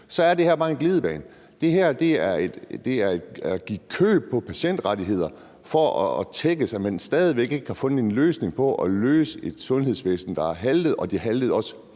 så er det her bare en glidebane. Det her er at give køb på patientrettigheder for at dække, at man stadig væk ikke har fundet en løsning på at løfte et sundhedsvæsen, der halter, og det haltede også